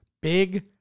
Big